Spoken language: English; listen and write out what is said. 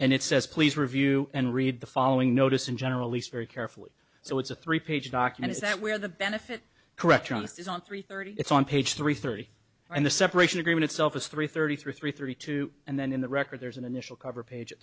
says please review and read the following notice in general least very carefully so it's a three page document is that where the benefit correct on this is on three thirty it's on page three thirty and the separation agreement itself is three thirty three thirty two and then in the record there is an initial cover page